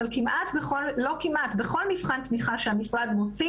אבל בכל מבחן תמיכה שהמשרד מוציא,